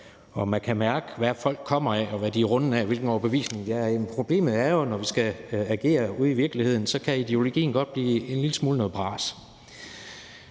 og man kan mærke, hvor folk kommer fra, hvad de er rundet af, og hvilken overbevisning de er af. Men problemet er jo, når vi skal agere ude i virkeligheden, at ideologien godt kan blive en lille smule noget bras,